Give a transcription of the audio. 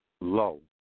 low